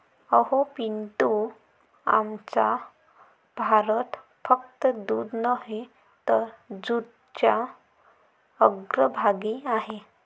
अहो पिंटू, आमचा भारत फक्त दूध नव्हे तर जूटच्या अग्रभागी आहे